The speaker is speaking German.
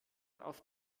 auf